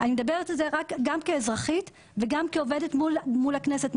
אני מדברת על זה גם כאזרחית וגם כעובדת מול הכנסת,